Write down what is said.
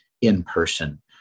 in-person